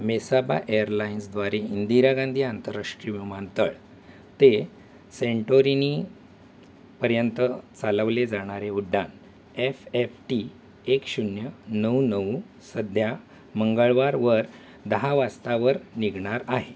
Mesaba एअरलाइन्सद्वारे इंदिरा गांधी आंतरराष्ट्रीय विमानतळ ते सेंटोरिनी पर्यंत चालवले जाणारे उड्डाण एफ एफ टी एक शून्य नऊ नऊ सध्या मंगळवारवर दहा वासतावर निघणार आहे